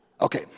Okay